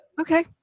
Okay